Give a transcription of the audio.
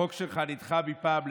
החוק שלך נדחה מפעם לפעם,